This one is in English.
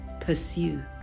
Pursue